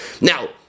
Now